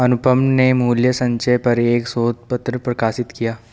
अनुपम ने मूल्य संचय पर एक शोध पत्र प्रकाशित किया